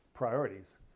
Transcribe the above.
priorities